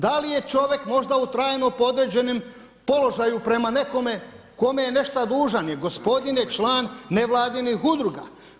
Da li je čovjek možda u trajno podređenom položaju prema nekome kome je nešto dužan, jer gospodin je član nevladinih udruga?